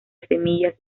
semillas